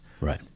Right